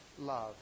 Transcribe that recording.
love